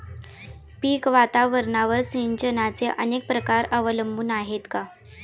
पीक वातावरणावर सिंचनाचे अनेक प्रकार अवलंबून आहेत का?